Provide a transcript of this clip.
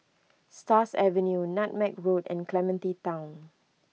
Stars Avenue Nutmeg Road and Clementi Town